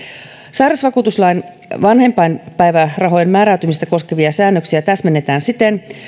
sairausvakuutuslain vanhempainpäivärahojen määräytymistä koskevia säännöksiä täsmennetään siten